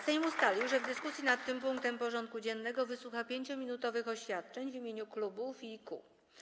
Sejm ustalił, że w dyskusji nad tym punktem porządku dziennego wysłucha 5-minutowych oświadczeń w imieniu klubów i kół.